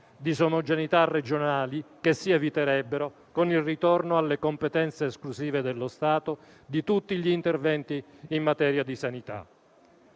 Disomogeneità regionali che si eviterebbero con il ritorno alle competenze esclusive dello Stato in tutti gli interventi in materia di sanità.